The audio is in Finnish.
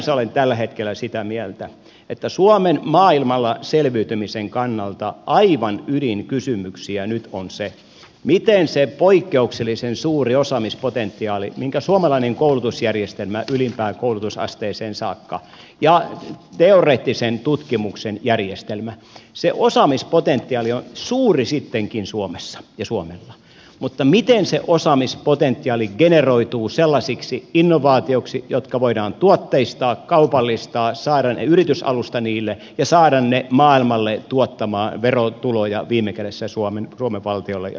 ylipäänsä olen tällä hetkellä sitä mieltä että suomen maailmalla selviytymisen kannalta aivan ydinkysymyksiä nyt on se miten se poikkeuksellisen suuri osaamispotentiaali minkä suomalainen koulutusjärjestelmä ylimpään koulutusasteeseen saakka ja teoreettisen tutkimuksen järjestelmä tuottavat se osaamispotentiaali on suuri sittenkin suomessa ja suomella generoituu sellaisiksi innovaatioiksi jotka voidaan tuotteistaa kaupallistaa miten voidaan saada yritysalusta niille ja saada ne maailmalle tuottamaan verotuloja viime kädessä suomen valtiolle ja suomalaisille